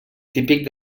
típic